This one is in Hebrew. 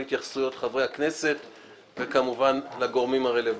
את התייחסויות חברי הכנסת והגורמים הרלוונטיים.